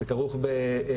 זה כרוך בבקשות,